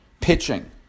pitching